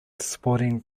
sporting